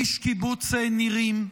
איש קיבוץ נירים.